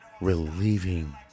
relieving